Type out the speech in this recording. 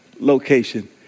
location